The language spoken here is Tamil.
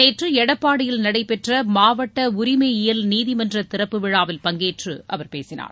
நேற்று எடப்பாடியில் நடைபெற்ற மாவட்ட உரிமையியல் நீதிமன்ற திறப்பு விழாவில் பங்கேற்று அவர் பேசினார்